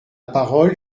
parole